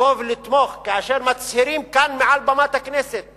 לבוא ולתמוך כאשר מצהירים כאן מעל במת הכנסת